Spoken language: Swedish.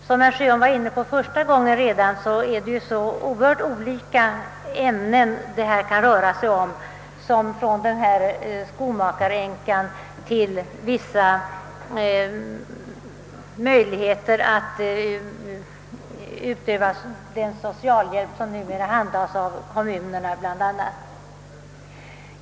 Som herr Sjöholm framhöll redan i sitt första anförande rör det sig om högst olika frågor — från den nämnda skomakaränkan till möjligheterna att lämna den socialhjälp som numera sköts av bl.a. kommunerna.